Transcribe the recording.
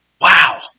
Wow